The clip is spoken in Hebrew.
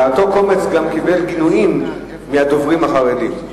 אבל אותו קומץ גם קיבל גינויים מהדוברים החרדים.